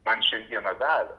man šiandieną davė